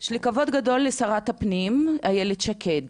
יש לי כבוד גדול לשרת הפנים, איילת שקד.